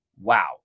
Wow